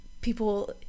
people